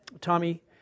Tommy